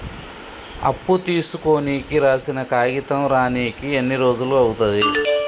అప్పు తీసుకోనికి రాసిన కాగితం రానీకి ఎన్ని రోజులు అవుతది?